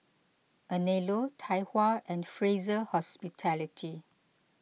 Anello Tai Hua and Fraser Hospitality